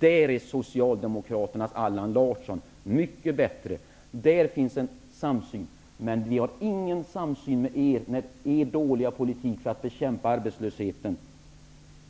Där är Socialdemokraternas Allan Larsson mycket bättre. Där finns en samsyn med oss, men det finns ingen samsyn när det gäller er dåliga politik för att bekämpa arbetslösheten.